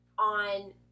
on